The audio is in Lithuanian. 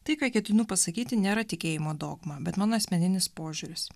tai ką ketinu pasakyti nėra tikėjimo dogma bet mano asmeninis požiūris